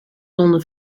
londen